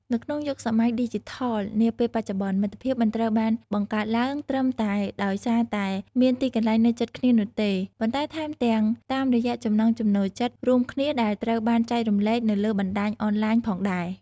នៅក្នុងយុគសម័យឌីជីថលនាពេលបច្ចុប្បន្ន មិត្តភាពមិនត្រូវបានបង្កើតឡើងត្រឹមតែដោយសារតែមានទីកន្លែងនៅជិតគ្នានោះទេ ប៉ុន្តែថែមទាំងតាមរយៈចំណង់ចំណូលចិត្តរួមគ្នាដែលត្រូវបានចែករំលែកនៅលើបណ្ដាញអនឡាញផងដែរ។